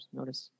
Notice